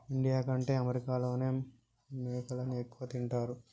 India కంటే అమెరికాలోనే మేకలని ఎక్కువ తింటారు